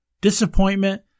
Disappointment